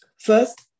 First